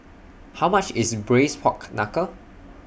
How much IS Braised Pork Knuckle